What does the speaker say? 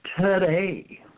today